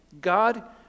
God